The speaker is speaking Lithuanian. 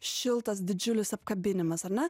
šiltas didžiulis apkabinimas ar ne